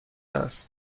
است